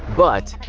but,